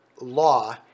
law